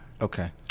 Okay